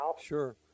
Sure